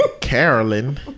Carolyn